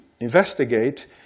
investigate